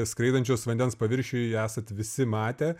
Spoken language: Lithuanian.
skraidančius vandens paviršiuje esat visi matę